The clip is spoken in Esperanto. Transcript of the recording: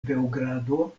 beogrado